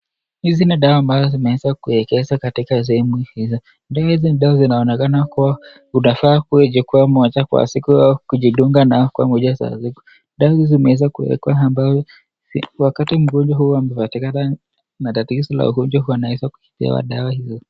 Hizi ni dawa ambazo zimeweza kuegezwa katika sehemu ya meza. Dawa hizi ni dawa zinaonekana kuwa unafaa uchukue moja kwa siku au kujidunga na moja kwa siku. Dawa hizi zimeweza kuwekwa ambayo wakati mgonjwa huwa anapatikana na tatizo la ugonjwa anaweza kupewa dawa hii.